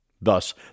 Thus